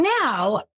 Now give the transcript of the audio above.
Now